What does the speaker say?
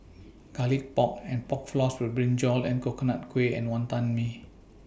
Garlic Pork and Pork Floss with Brinjal Coconut Kuih and Wonton Mee